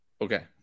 Okay